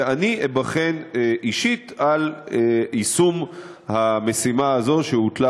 ואני אֵבּחן אישית על יישום המשימה הזאת שהוטלה